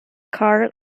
carl